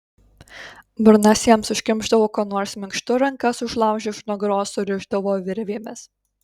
burnas jiems užkimšdavo kuo nors minkštu rankas užlaužę už nugaros surišdavo virvėmis